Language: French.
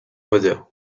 moder